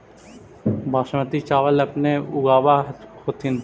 बासमती चाबल अपने ऊगाब होथिं?